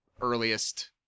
earliest